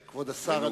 כבוד השר,